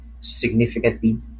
significantly